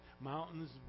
mountains